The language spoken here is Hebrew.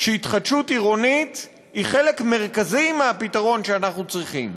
שהתחדשות עירונית היא חלק מרכזי מהפתרון שאנחנו צריכים.